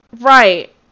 right